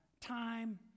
time